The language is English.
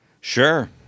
Sure